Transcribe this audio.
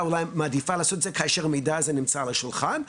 אולי מעדיפה לעשות את זה כאשר המידע הזה נמצא על השולחן,